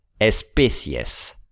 especies